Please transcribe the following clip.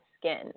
skin